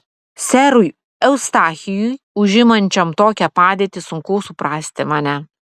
serui eustachijui užimančiam tokią padėtį sunku suprasti mane